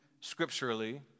scripturally